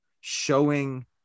showing